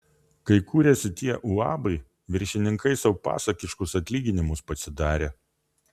kai kūrėsi tie uabai viršininkai sau pasakiškus atlyginimus pasidarė